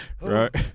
Right